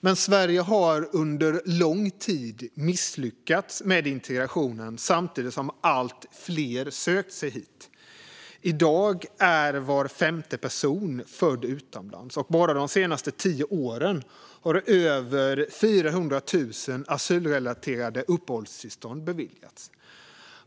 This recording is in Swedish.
Men Sverige har under lång tid misslyckats med integrationen samtidigt som allt fler sökt sig hit. I dag är var femte person född utomlands, och bara de senaste tio åren har över 400 000 asylrelaterade uppehållstillstånd beviljats.